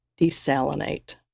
desalinate